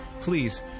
Please